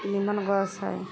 नीक गैस हइ